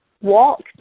walk